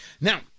Now